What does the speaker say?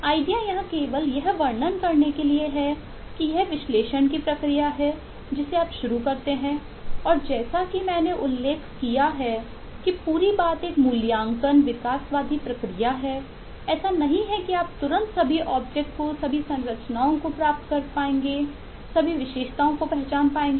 idea यहां केवल यह वर्णन करने के लिए है कि यह विश्लेषण की प्रक्रिया है जिसे आप शुरू करते हैं और जैसा कि मैंने उल्लेख किया है कि पूरी बात एक मूल्यांकन विकासवादी प्रक्रिया है ऐसा नहीं है कि आप तुरंत सभी ऑब्जेक्ट के कुछ चरणों को करेंगे